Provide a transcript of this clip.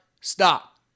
Stop